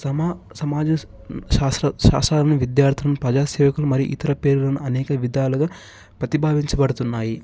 సమా సమాజ శాస్ర శాస్త్రాని విద్యార్ధులు ప్రజాసేవకులు మరియు ఇతర పేరును అనేక విధాలుగా పతి ప్రతిపాదించబడుతున్నాయి